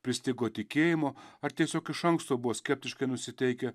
pristigo tikėjimo ar tiesiog iš anksto buvo skeptiškai nusiteikę